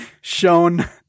shown